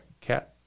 cat